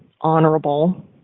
honorable